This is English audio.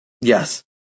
Yes